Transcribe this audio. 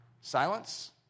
Silence